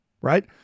right